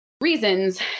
reasons